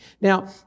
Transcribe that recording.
Now